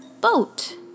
boat